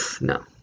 no